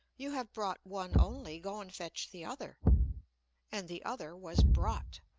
you have brought one only, go and fetch the other and the other was brought.